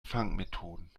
fangmethoden